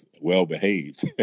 well-behaved